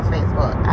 Facebook